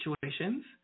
situations